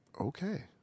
Okay